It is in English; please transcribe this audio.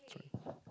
sorry